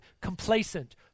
complacent